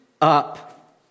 up